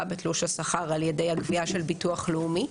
בתלוש השכר על ידי הגביה של ביטוח לאומי,